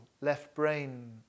left-brain